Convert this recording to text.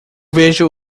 vejo